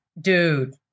dude